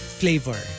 flavor